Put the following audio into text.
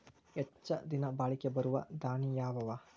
ಹೆಚ್ಚ ದಿನಾ ಬಾಳಿಕೆ ಬರಾವ ದಾಣಿಯಾವ ಅವಾ?